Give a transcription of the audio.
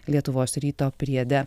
lietuvos ryto priede